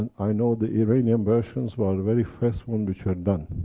and i know the iranian versions were the very first ones which are done.